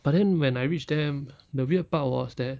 but then when I reach there the weird part was that